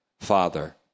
Father